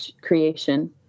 creation